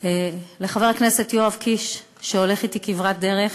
לחבר הכנסת יואב קיש, שהולך אתי כברת דרך